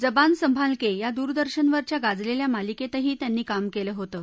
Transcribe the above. जबान संभालक ग्रा दूरदर्शनवरच्या गाजलख्वा मालिक्त्रिही त्यांनी काम क्वि होतं